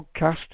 podcast